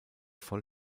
voll